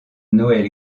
noël